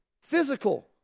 physical